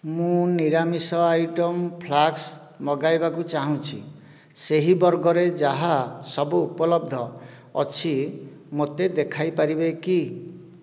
ମୁଁ ନିରାମିଷ item flask ମଗାଇବାକୁ ଚାହୁଁଛି ସେହି ବର୍ଗରେ ଯାହା ସବୁ ଉପଲବ୍ଧ ଅଛି ମୋତେ ଦେଖାଇପାରିବେ କି